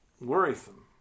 worrisome